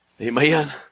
Amen